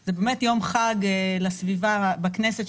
זה באמת יום חג לסביבה בכנסת,